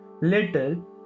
little